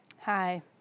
Hi